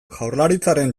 jaurlaritzaren